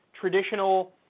Traditional